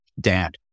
dad